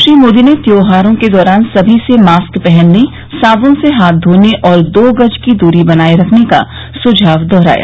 श्री मोदी ने त्यौहारों के दौरान सभी से मास्क पहनने साबुन से हाथ धोने और दो गज की दूरी बनाये रखने का सुझाव दोहराया